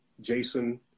Jason